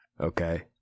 Okay